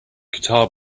guitar